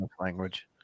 language